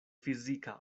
fizika